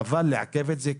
חבל לעכב את זה,